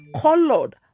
colored